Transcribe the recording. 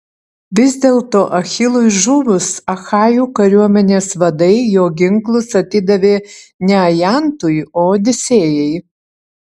vis dėlto achilui žuvus achajų kariuomenės vadai jo ginklus atidavė ne ajantui o odisėjui